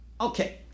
Okay